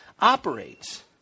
operates